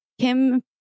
Kim